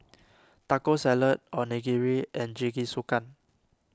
Taco Salad Onigiri and Jingisukan